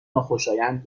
ناخوشایند